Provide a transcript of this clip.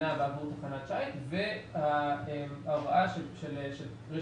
תקנת שיט וההוראה של ...